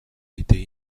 été